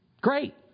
Great